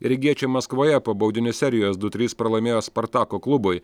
rygiečiai maskvoje po baudinių serijos du trys pralaimėjo spartako klubui